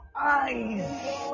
eyes